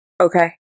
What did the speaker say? Okay